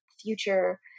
future